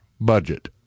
budget